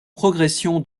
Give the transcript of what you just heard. progression